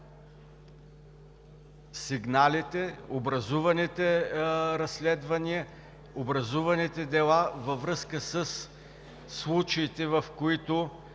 сигналите, образуваните разследвания, образуваните дела във връзка със случаите, в които